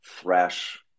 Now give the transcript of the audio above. thrash